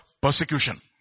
persecution